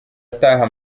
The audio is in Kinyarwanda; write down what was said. ataha